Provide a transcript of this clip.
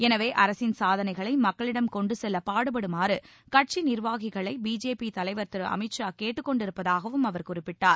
எனவே அரசின் சாதனைகளை மக்களிடம் கொண்டு செல்ல பாடுபடுமாறு கட்சி நிர்வாகிகளை பிஜேபி தலைவர் திரு அமித்ஷா கேட்டுக் கொண்டிருப்பதாகவும் அவர் குறிப்பிட்டார்